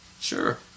Sure